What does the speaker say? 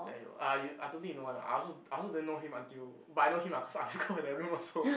uh you I don't think you know one ah I also I also didn't know him until but I know him ah cause I always go in the room also